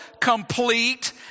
complete